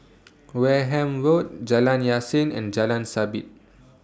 Wareham Road Jalan Yasin and Jalan Sabit